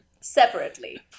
separately